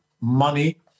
money